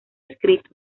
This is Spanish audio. escrito